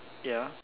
ya